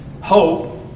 hope